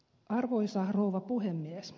arvoisa rouva puhemies